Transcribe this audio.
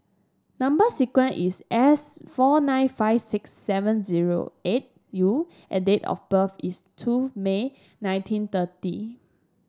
number sequence is S four nine five six seven zero eight U and date of birth is two May nineteen thirty